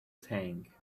tank